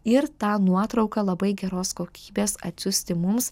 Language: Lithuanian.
ir tą nuotrauką labai geros kokybės atsiųsti mums